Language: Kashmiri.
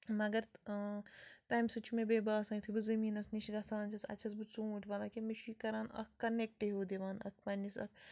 مگر تَمہِ سۭتۍ چھُ مےٚ بیٚیہِ باسان یُتھٕے بہٕ زمیٖنَس نِش گژھان چھس اَتہِ چھس بہٕ ژوٗنٹۍ والان کہِ مےٚ چھُ یہِ کران اَکھ کَنیکٹ ہیو دِوان اَتھ پَنٛنِس اَتھ